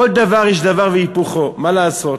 בכל דבר יש דבר והיפוכו, מה לעשות.